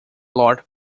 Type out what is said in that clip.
lot